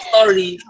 Sorry